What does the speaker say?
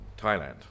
Thailand